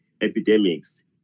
epidemics